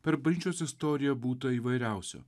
per bažnyčios istoriją būta įvairiausio